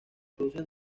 producen